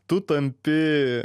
tu tampi